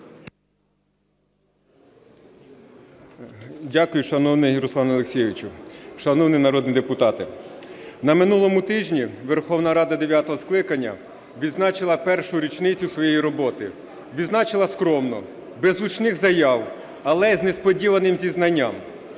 Дякую, шановний Руслане Олексійовичу. Шановні народні депутати, на минулому тижні Верховна Рада дев'ятого скликання відзначила першу річницю своєї роботи, відзначила скромно, без гучних заяв, але з несподіваним зізнанням.